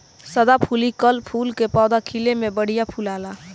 सदाफुली कअ फूल के पौधा खिले में बढ़िया फुलाला